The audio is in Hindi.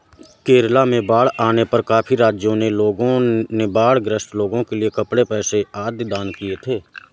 केरला में बाढ़ आने पर काफी राज्यों के लोगों ने बाढ़ ग्रस्त लोगों के लिए कपड़े, पैसे आदि दान किए थे